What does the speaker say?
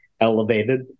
elevated